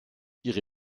ihre